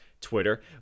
Twitter